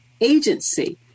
agency